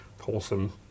wholesome